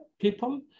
people